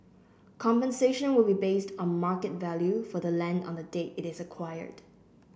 compensation will be based on market value for the land on the date it is acquired